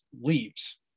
leaves